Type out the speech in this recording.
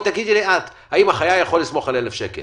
תגידי לי אם החייל יכול לסמוך על 1,000 שקל.